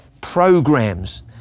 programs